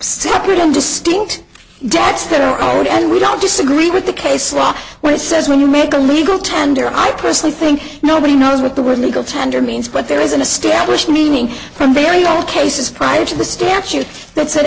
separate and distinct debts there are and we don't disagree with the case law where it says when you make a legal tender i personally think nobody knows what the word legal tender means but there is an established meaning from very old cases prior to the statute that said